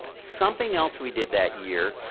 something else we did that year,